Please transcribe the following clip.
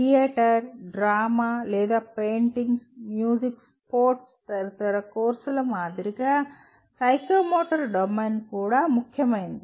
theatre drama లేదా paintings music sports తదితర కోర్సుల మాదిరిగా సైకోమోటర్ డొమైన్ కూడా ముఖ్యమైనది